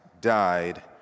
died